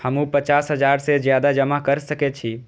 हमू पचास हजार से ज्यादा जमा कर सके छी?